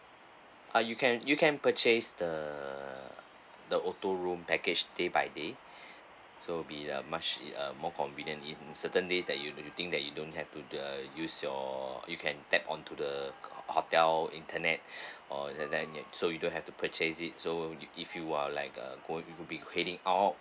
ah you can you can purchase the the auto roam package day by day so be uh much uh more convenient in certain days that you think that you don't have to uh use your you can tap onto the hotel internet on and then so you don't have to purchase it so it give you are like uh would be going out